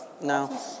No